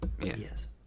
Yes